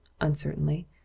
uncertainly